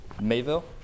mayville